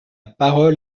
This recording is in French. parole